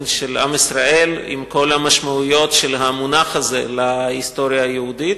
של עם ישראל עם כל המשמעויות של המונח הזה להיסטוריה היהודית,